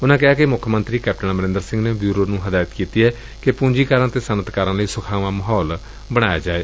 ਉਨੂਾਂ ਕਿਹਾ ਕਿ ਮੁੱਖ ਮੰਤਰੀ ਕੈਪਟਨ ਅਮਰਿੰਦਰ ਸਿੰਘ ਨੇ ਬਿਉਰੋ ਨੂੰ ਹਦਾਇਤ ਕੀਤੀ ਏ ਪੁੰਜੀਕਾਰਾਂ ਅਤੇ ਸੱਨਅਤਕਾਰਾਂ ਲਈ ਸੁਖਾਵਾਂ ਮਾਹੌਲ ਬਣਾਇਆ ਜਾਏ